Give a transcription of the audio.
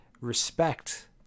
respect